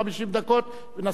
ונסענו לפי החוק,